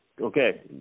Okay